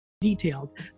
detailed